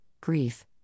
grief